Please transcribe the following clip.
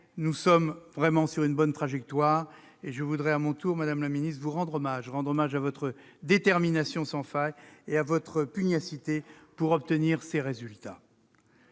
nous sommes vraiment sur une bonne trajectoire, et je veux à mon tour, madame la ministre, vous rendre hommage et saluer votre détermination sans faille et votre pugnacité pour obtenir ces résultats.